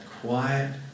quiet